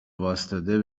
واستاده